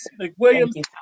McWilliams